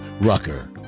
rucker